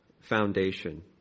foundation